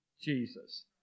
Jesus